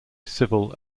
civil